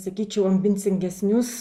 sakyčiau ambincingesnius